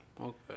Okay